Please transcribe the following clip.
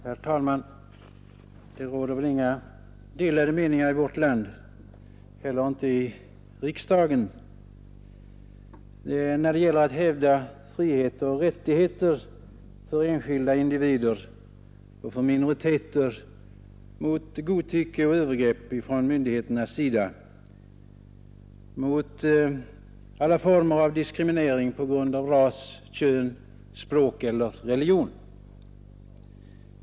Herr talman! Det råder väl inga delade meningar i vårt land och inte heller här i riksdagen, när det gäller att hävda friheter och rättigheter för enskilda individer och minoriteter, mot godtycke och övergrepp från myndigheter och mot alla former av diskriminering på grund av ras, kön, språk eller religion.